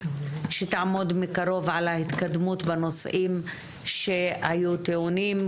שתעמוד מקרוב על ההתקדמות בנושאים שהיו טעונים,